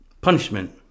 punishment